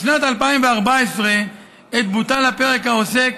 בשנת 2014, עת בוטל הפרק העוסק